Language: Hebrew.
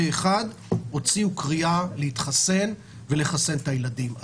אחד הוציאו קריאה להתחסן ולחסן את הילדים.